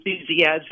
enthusiasm